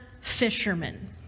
fishermen